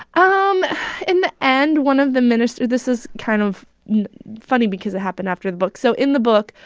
um in the end, one of the minister this is kind of funny because it happened after the book. so in the book,